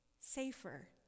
safer